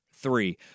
three